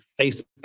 Facebook